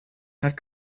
had